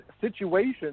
situation